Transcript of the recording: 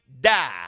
die